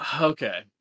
Okay